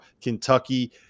Kentucky